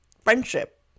friendship